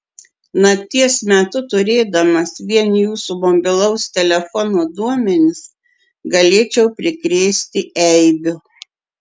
nakties metu turėdamas vien jūsų mobilaus telefono duomenis galėčiau prikrėsti eibių